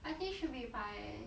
I think should be by